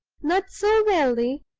not so wealthy,